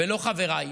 ולא, חבריי,